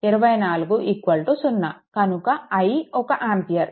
కనుక i 1 ampere